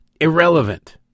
irrelevant